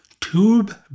Tube